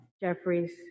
Jeffries